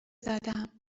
زدم